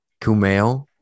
Kumail